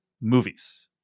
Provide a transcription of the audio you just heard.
movies